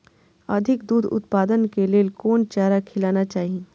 अधिक दूध उत्पादन के लेल कोन चारा खिलाना चाही?